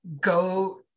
go